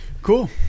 Cool